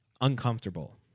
uncomfortable